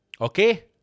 Okay